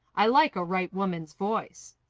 i like a right woman's voice.